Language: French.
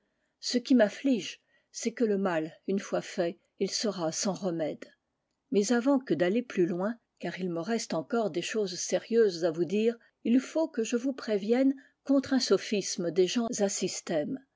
ce qui m'afflige c'est que le mal une fois fait il sera sans remède mais avant que d'aller plus loin car il me reste encore des choses sérieuses à vous dire il faut que je vous prévienne contre un sophisme des gens